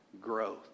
growth